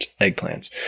eggplants